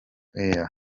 air